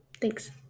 Thanks